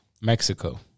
Mexico